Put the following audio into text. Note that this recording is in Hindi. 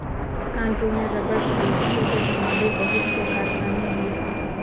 कानपुर में रबड़ प्रौद्योगिकी से संबंधित बहुत से कारखाने है